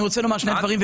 אני רוצה לומר שני דברים,